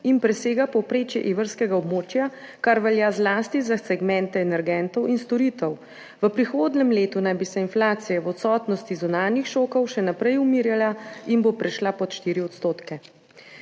in presega povprečje evrskega območja, kar velja zlasti za segmente energentov in storitev. V prihodnjem letu naj bi se inflacija v odsotnosti zunanjih šokov še naprej umirjala in bo prešla pod 4 %.